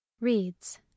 reads